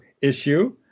issue